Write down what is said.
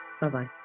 Bye-bye